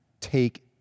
take